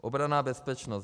Obrana a bezpečnost.